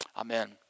Amen